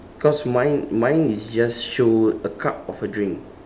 cause mine mine is just show a cup of a drink